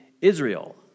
Israel